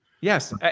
Yes